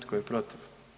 Tko je protiv?